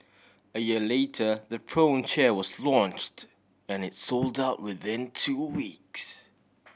a year later the Throne chair was launched and it sold out within two weeks